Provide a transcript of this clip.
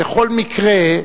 בכל מקרה,